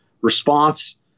response